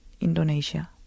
Indonesia